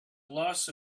loss